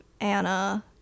Anna